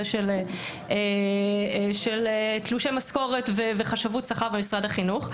של תלושי משכורת וחשבות שכר במשרד החינוך.